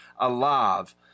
alive